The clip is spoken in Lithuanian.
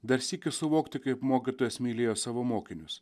dar sykį suvokti kaip mokytojas mylėjo savo mokinius